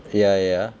ya ya